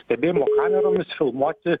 stebėjimo kameromis filmuoti